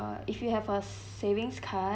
uh if you have a savings card